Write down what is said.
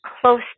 close